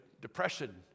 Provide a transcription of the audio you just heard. depression